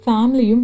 Family